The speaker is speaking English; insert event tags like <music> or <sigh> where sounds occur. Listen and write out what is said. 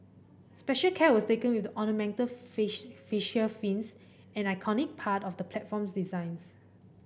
special care was taken with the ornamental <unintelligible> fascia fins an iconic part of the platform's designs